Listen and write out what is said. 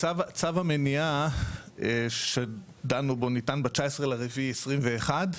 צו המניעה שדנו בו ניתן ב-19.4.2021.